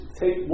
take